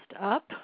up